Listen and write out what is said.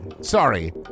Sorry